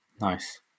nice